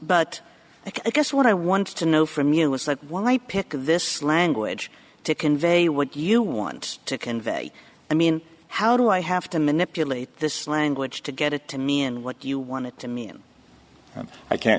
but i guess what i want to know from you is that when i pick this language to convey what you want to convey i mean how do i have to manipulate this language to get it to me and what do you want to me i'm i can't